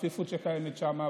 הצפיפות שקיימת שם.